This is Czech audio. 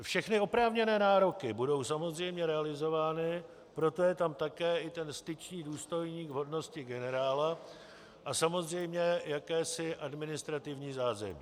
Všechny oprávněné nároky budou samozřejmě realizovány, proto je tam také i ten styčný důstojník v hodnosti generála a samozřejmě jakési administrativní zázemí.